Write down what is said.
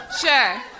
Sure